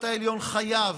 האנשים.